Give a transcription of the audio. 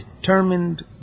determined